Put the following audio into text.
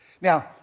Now